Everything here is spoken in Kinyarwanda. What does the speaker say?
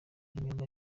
imyuga